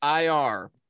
IR